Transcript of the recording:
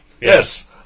Yes